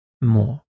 more